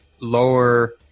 lower